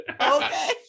Okay